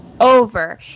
Over